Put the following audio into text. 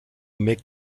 make